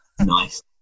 Nice